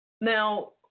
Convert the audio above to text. Now